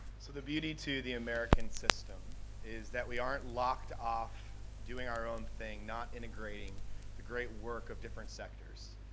so the beauty to the american system is that we aren't locked off doing our own thing, not integrating the great work of different sectors.